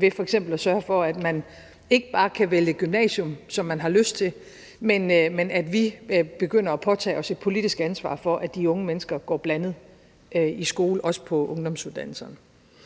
ved f.eks. at sørge for, at man ikke bare kan vælge gymnasium, som man har lyst til, men at vi begynder at påtage os et politisk ansvar for, at de unge mennesker går i en blandet skole, også på ungdomsuddannelserne.